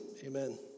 Amen